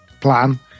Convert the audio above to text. plan